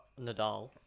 Nadal